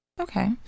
Okay